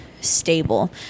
stable